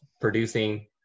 producing